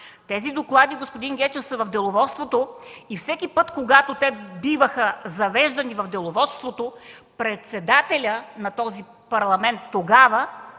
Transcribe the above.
Тези доклади, господин Гечев, са в Деловодството и всеки път, когато те биваха завеждани в Деловодството, председателят на този Парламент тогава